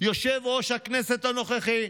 יושב-ראש הכנסת הנוכחי,